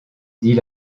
dit